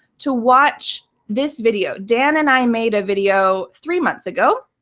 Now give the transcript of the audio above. to watch this video. dan and i made a video three months ago